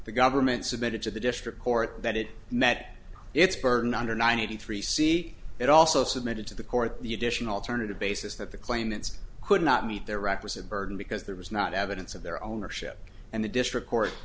the government submitted to the district court that it met its burden under ninety three c it also submitted to the court the additional attorney to basis that the claimants could not meet their requisite burden because there was not evidence of their ownership and the district cour